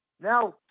Now